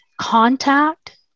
contact